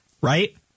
right